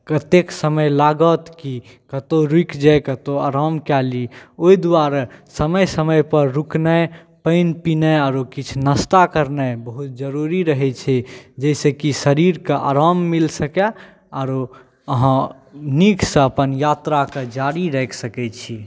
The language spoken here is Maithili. कतेक समय लागत कि कतहु रुकि जाइ कतहु आराम कए ली ओहि दुआरे समय समयपर रुकनाइ पानि पिनाइ आरो किछु नाश्ता केनाइ बहुत जरूरी रहैत छै जाहिसँ कि शरीरकेँ आराम मिल सकै आरो अहाँ नीकसँ अपन यात्राकेँ जारी राखि सकैत छी